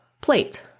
plate